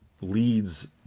leads